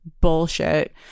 Bullshit